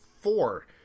four